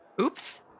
oops